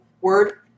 word